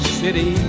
city